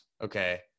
okay